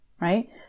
right